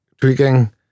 tweaking